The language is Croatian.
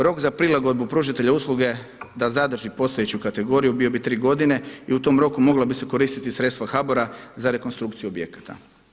Rok za prilagodbu pružatelja usluge da zadrži postojeću kategoriju bio bi tri godine i u tom roku mogla bi se koristiti sredstva HBOR-a za rekonstrukciju objekata.